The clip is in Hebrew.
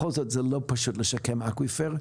זה בכל זאת לא פשוט לשקם אקוויפר.